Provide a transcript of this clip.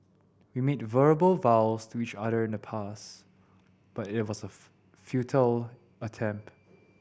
we made verbal vows to each other in the past but it was a futile attempt